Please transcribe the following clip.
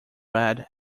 red